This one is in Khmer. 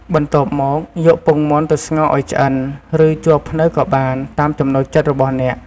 បន្ទាប់មក យកពងមាន់ទៅស្ងោរឲ្យឆ្អិន ឬជ័រភ្នៅក៏បាន តាមចំណូលចិត្តរបស់អ្នក។